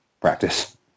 practice